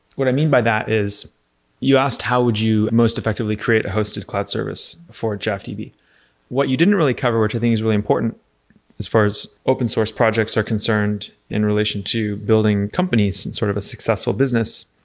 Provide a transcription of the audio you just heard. what i mean by that is you asked how would you most effectively create a hosted cloud service for jeffdb. what you didn't really cover, which i think is really important as far as open source projects are concerned in relation to building companies and sort of a successful business.